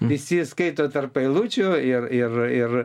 visi skaito tarp eilučių ir ir ir